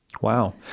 Wow